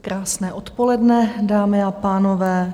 Krásné odpoledne, dámy a pánové.